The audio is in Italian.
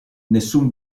nessun